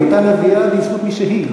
היא נהייתה נביאה בזכות מי שהיא,